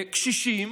קשישים,